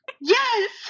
Yes